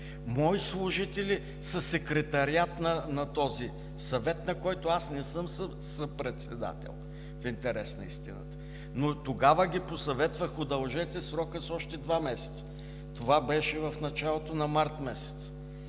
мои служители са секретариат на този съвет, на който аз не съм съпредседател, в интерес на истината, но тогава ги посъветвах: удължете срока с още два месеца. Това беше в началото на март месец.